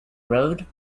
road